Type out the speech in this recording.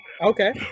okay